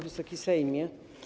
Wysoki Sejmie!